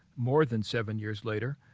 more than seven years later,